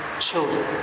children